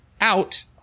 out